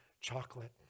chocolate